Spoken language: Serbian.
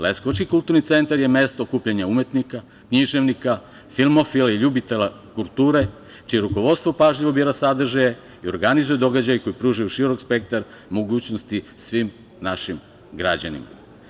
Leskovački kulturni centar je okupljanje umetnika, književnika, filmofila i ljubitelja kulture čije rukovodstvo pažljivo bira sadržaje i organizuju događaje koji pružaju širok spektar mogućnosti svim našim građanima.